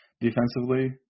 defensively